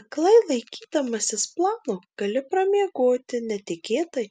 aklai laikydamasis plano gali pramiegoti netikėtai